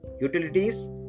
utilities